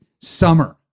summer